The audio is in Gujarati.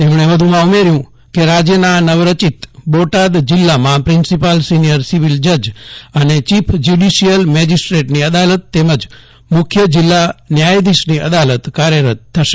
તેમણે વધુમાં ઉમેર્યું કે રાજ્યના નવરચિત બોટાદ જિલ્લામાં પ્રિન્સિપાલ સિનિયર સિવિલ જજ અને ચીફ જ્યૂડિશિયલ મેજીસ્ટ્રેટની અદાલત તેમજ મુખ્ય જિલ્લા ન્યાયાધીશની અદાલત કાર્યરત થશે